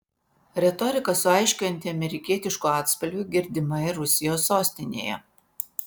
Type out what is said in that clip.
retorika su aiškiu antiamerikietišku atspalviu girdima ir rusijos sostinėje